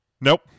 Nope